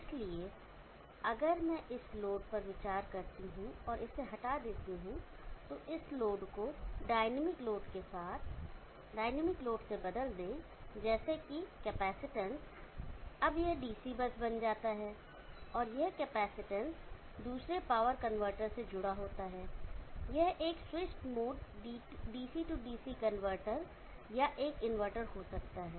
इसलिए अगर मैं इस लोड पर विचार करता हूं और इसे हटा देता हूं तो इस लोड को डायनामिक लोड के साथ डायनामिक लोड से बदल दें जैसे कि कैपेसिटेंस अब यह डीसी बस बन जाता है और यह कैपेसिटेंस दूसरे पावर कन्वर्टर से जुड़ा होता है यह एक switch mode DC DC converter या एक इन्वर्टरहो सकता है